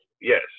yes